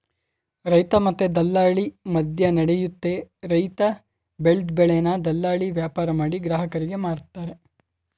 ರೈತ ಮತ್ತೆ ದಲ್ಲಾಳಿ ಮದ್ಯನಡಿಯುತ್ತೆ ರೈತ ಬೆಲ್ದ್ ಬೆಳೆನ ದಲ್ಲಾಳಿ ವ್ಯಾಪಾರಮಾಡಿ ಗ್ರಾಹಕರಿಗೆ ಮಾರ್ತರೆ